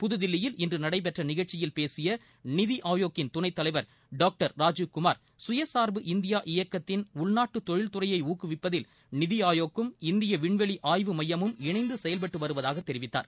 புதுதில்லியில் இன்று நடைபெற்ற நிகழ்ச்சியில் பேசிய நிதி ஆயோக்கின் துணைத் தலைவர் பாக்டர் ராஜீவ்குமார் கயசார்பு இந்தியா இக்கத்தின்கீழ் உள்நாட்டு தொழில் துறையை ஊக்குவிப்பத்தில் நிதி ஆயோக்கும் இந்திய விண்வெளி ஆய்வு மையமும் இணைந்து செயல்பட்டு வருவதாக தெரிவத்தார்